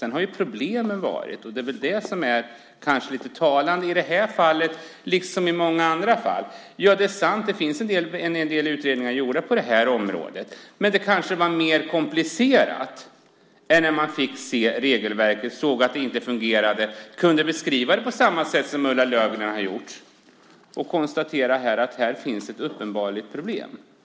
Sedan har det funnits problem i det här fallet liksom i många andra fall, och det är väl det som är lite talande. Ja, det är sant att det finns en del utredningar gjorda på området, men det kanske var mer komplicerat än när man bara såg regelverket. Man såg att det inte fungerade och kunde beskriva det på samma sätt som Ulla Löfgren gjort genom att konstatera att här finns ett uppenbart problem.